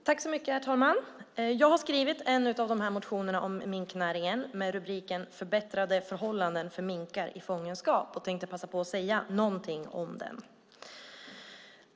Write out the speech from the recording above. Herr talman! Jag har skrivit en av motionerna om minknäringen, med titeln Förbättrade förhållanden för minkar i fångenskap , och tänkte passa på att säga någonting om den.